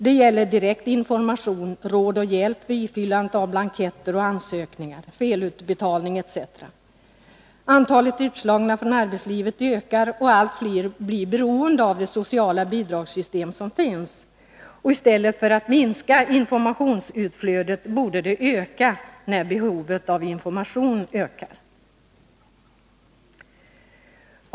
Det gäller direkt information samt råd och hjälp vid ifyllandet av blanketter och ansökningar, vid felutbetalning etc. Antalet utslagna från arbetslivet ökar, och allt fler blir beroende av det sociala bidragssystem som finns. I stället för att informationsutflödet minskar borde det öka när behovet av information stiger.